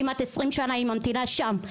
כמעט 20 שנה היא ממתינה שם.